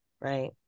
Right